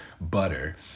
butter